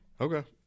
Okay